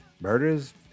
Murders